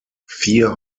vier